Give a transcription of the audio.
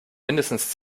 mindestens